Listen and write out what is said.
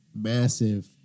massive